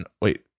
Wait